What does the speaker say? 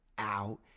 out